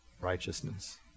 righteousness